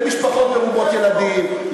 למשפחות מרובות ילדים,